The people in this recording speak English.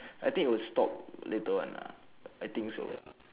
I think it will stop later on lah I think so